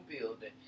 building